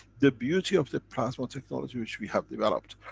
the beauty of the plasma technology which we have developed,